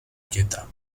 pietà